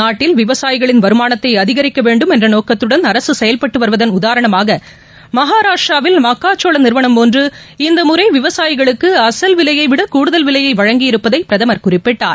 நாட்டில் விவசாயிகளின் வருமானத்தை அதிகரிக்க வேண்டும் என்ற நோக்கத்துடன் அரசு செயல்பட்டு வருவதன் உதாரணமாக மகாராஷ்ட்ராவில் மக்காசோள நிறுவளம் ஒன்று இந்த முறை விவசாயிகளுக்கு அசல் விலையை விட கூடுதல் விலையை வழங்கியிருப்பதை பிரதமர் குறிப்பிட்டார்